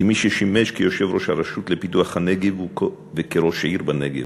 כמי ששימש יושב-ראש הרשות לפיתוח הנגב וכראש עיר בנגב,